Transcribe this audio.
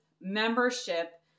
membership